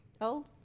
old